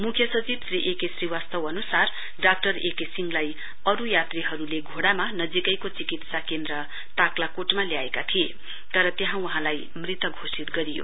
मुख्यसचिव Shri A K Srivastava अनुसार doctor A K सिंहलाई अरू यात्रीहरूले घोड़ामा नजीकैको चिकित्सा केन्द्र ताक्लाकोटमा ल्याएका थिए तर वहाँलाई मृत घोषित गरियो